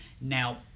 Now